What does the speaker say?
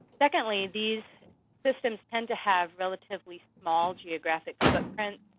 secondly, these systems tend to have relatively small geographic footprints.